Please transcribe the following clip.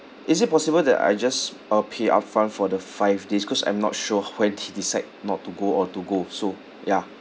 is it possible that I just uh pay upfront for the five days cause I'm not sure when they decide not to go or to go so ya